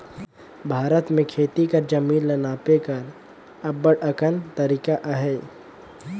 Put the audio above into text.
भारत में खेती कर जमीन ल नापे कर अब्बड़ अकन तरीका अहे